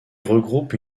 regroupe